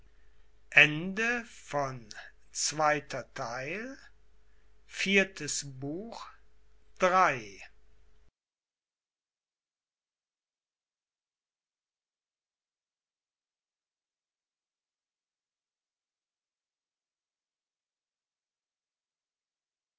herzustellen viertes buch